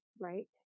right